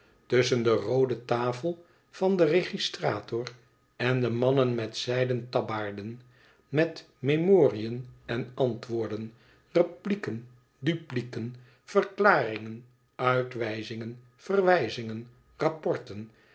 tusschen de roode tafel van den registrator en de mannen met zijden tabbaarden met memoriën en antwoorden replieken duplieken verklaringen uitwijzingen verwijzingen rapporten